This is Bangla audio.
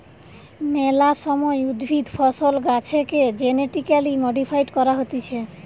মেলা সময় উদ্ভিদ, ফসল, গাছেকে জেনেটিক্যালি মডিফাইড করা হতিছে